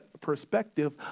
perspective